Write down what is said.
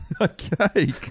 Okay